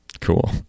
Cool